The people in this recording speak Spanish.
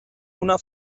una